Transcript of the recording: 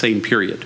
same period